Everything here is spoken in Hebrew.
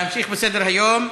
נמשיך בסדר-היום.